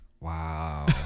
Wow